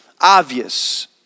obvious